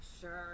Sure